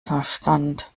verstand